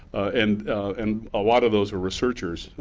and and a lot of those were researchers,